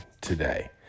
today